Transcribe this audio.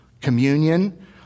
communion